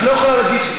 את לא יכולה להגיש,